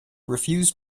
refused